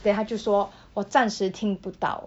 then 她就说我暂时听不到